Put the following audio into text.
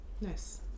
Nice